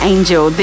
Angel